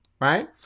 right